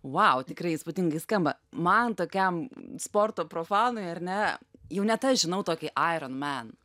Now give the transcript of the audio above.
wow tikrai įspūdingai skamba man tokiam sporto profanui ar ne jau net aš žinau tokį iron man